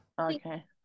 Okay